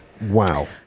Wow